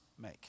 make